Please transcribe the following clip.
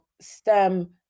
STEM